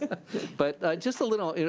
but, just a little,